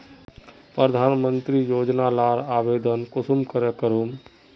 प्रधानमंत्री योजना लार आवेदन कुंसम करे करूम?